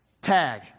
tag